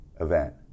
event